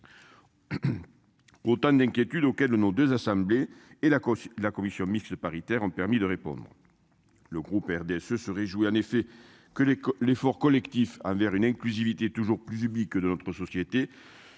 Autant d'inquiétudes auxquelles nos 2 assemblées et la, la commission mixte paritaire ont permis de répondre. Le groupe RDSE se réjouit en effet que les l'effort collectif hein. Vers une inclusivité toujours plus subi que de notre société